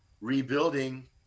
rebuilding